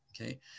okay